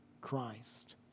Christ